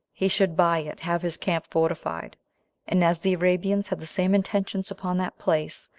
he should by it have his camp fortified and as the arabians had the same intentions upon that place,